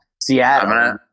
Seattle